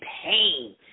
pain